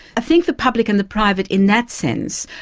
i think the public and the private in that sense,